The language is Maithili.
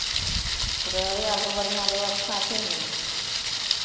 रहय आरके बढ़िआँ व्यवस्था छै ने